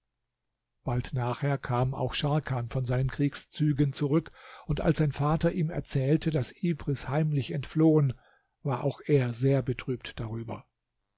bald nachher kam auch scharkan von seinen kriegszügen zurück und als sein vater ihm erzählte daß ibris heimlich entflohen war auch er sehr betrübt darüber